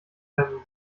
seinen